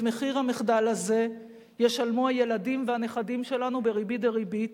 את מחיר המחדל הזה ישלמו הילדים והנכדים שלנו בריבית דריבית,